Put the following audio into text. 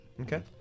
Okay